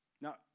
Now